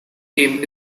aim